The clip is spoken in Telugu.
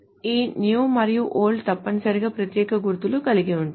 ఈ new మరియు old తప్పనిసరిగా ప్రత్యేక గుర్తులను కలిగి ఉంటాయి